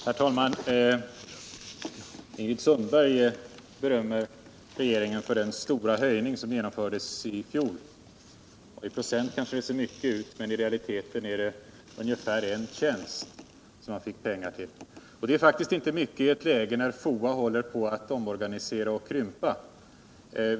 » Herr talman! Ingrid Sundberg berömmer regeringen för den stora höjning av detta anslag som genomfördes i fjol. I procent kanske det ser mycket ut, men i realiteten var det ungefär en tjänst som man fick pengar till. Och det är inte mycket i ett läge där FOA håller på att omorganiseras och krympa.